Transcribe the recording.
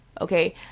okay